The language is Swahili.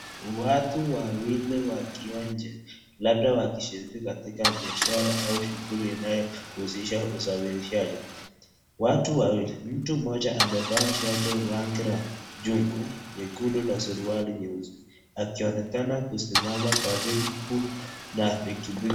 Watu wawili wakiwa nje labda wakishiriki katika biashara au shughuli inayohusisha usafirishaji. Watu wawili, mtu mmoja amevaa shati ya rangi ya jungwa nyekundu na suruali nyeusi akionekana kusimama karibu na pikipiki.